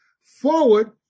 Forward